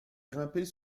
grimper